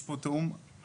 יש פה תאום הדוק